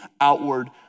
outward